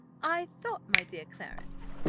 i thought, my dear clarence,